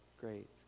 great